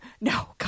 no